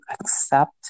accept